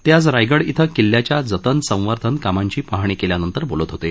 ते आज रायगड इथं किल्ल्याच्या जतन संवर्धन कामांची पाहणी केल्यानंतर बोलत होते